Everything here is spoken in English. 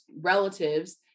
relatives